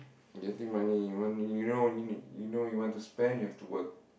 getting money you want you know what you need you know you want to spend you got to work